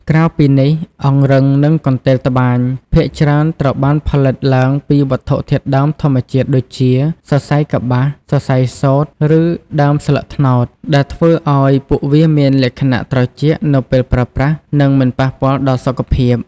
ក្រៅពីនេះ អង្រឹងនិងកន្ទេលត្បាញភាគច្រើនត្រូវបានផលិតឡើងពីវត្ថុធាតុដើមធម្មជាតិដូចជា សរសៃកប្បាស សរសៃសូត្រ ឬដើមស្លឹកត្នោត ដែលធ្វើឱ្យពួកវាមានលក្ខណៈត្រជាក់នៅពេលប្រើប្រាស់ និងមិនប៉ះពាល់ដល់សុខភាព។